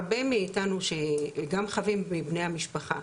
הרבה מאיתנו שגם חווים מבני המשפחה,